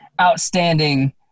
outstanding